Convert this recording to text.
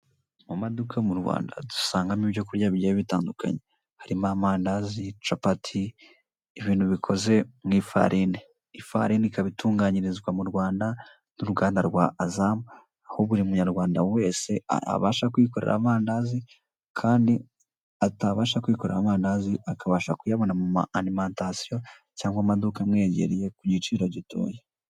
Mu maduka yo mu Rwanda dusangamo ibyo kurya bigiye bitandukanye harimo amandazi, capati , ibintu bikoze mw'ifarini. Ifarini ikaba itunganyirizwa mu Rwanda mu ruganda rwa Azam. Aho buri munyarwanda wese abasha kwikorera amandazi kandi atabasha kwikorera amandazi akabasha kuyabona muma arimatasiyo(alimentation) cyangwa mu maduka amwegereye kugiciro gitoya.